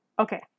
Okay